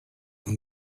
and